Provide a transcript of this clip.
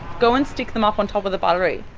go and stick them up on top of the buttery.